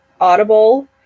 Audible